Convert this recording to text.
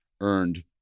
earned